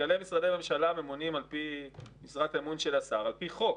מנכ"לי משרדי ממשלה ממונים על פי משרת אמון של השר על פי חוק.